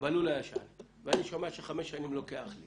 בלול הישן ואני שומע שחמש שנים לוקח לי